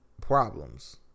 problems